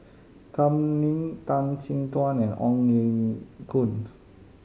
Kam Ning Tan Chin Tuan and Ong Ye Kung